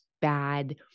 bad